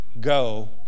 go